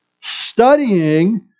studying